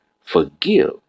Forgive